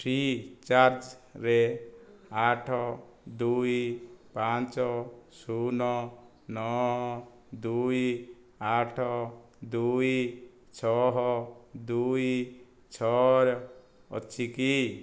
ଫ୍ରିଚାର୍ଜ୍ରେ ଆଠ ଦୁଇ ପାଞ୍ଚ ଶୂନ୍ ନଅ ଦୁଇ ଆଠ ଦୁଇ ଛଅ ଦୁଇ ଛଅ ଅଛି କି